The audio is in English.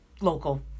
Local